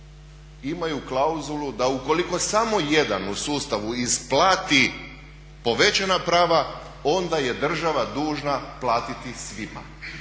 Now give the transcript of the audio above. imaju klauzulu da ukoliko samo jedan u sustavu isplati povećana prava onda je država dužna platiti svima.